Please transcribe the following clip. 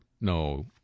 no